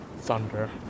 thunder